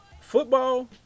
Football